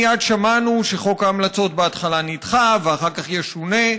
מייד שמענו שחוק ההמלצות בהתחלה נדחה ואחר כך ישונה,